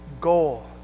goal